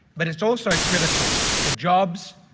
but it's also critical for jobs,